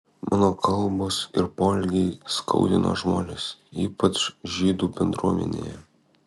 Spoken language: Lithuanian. mano kalbos ir poelgiai skaudino žmones ypač žydų bendruomenę